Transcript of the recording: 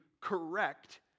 correct